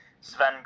sven